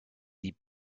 die